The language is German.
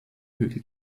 hügel